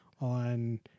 on